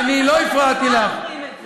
גם גורמי הביטחון אומרים את זה.